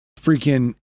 freaking